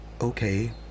Okay